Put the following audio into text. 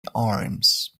arms